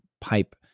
pipe